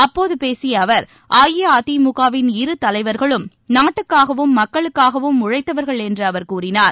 அப்போது பேசிய அவர் அஇஅதிமுகவின் இரு தலைவர்களும் நாட்டுக்காகவும் மக்களுக்காகவும் உழைத்தவர்கள் என்று அவர் கூறினார்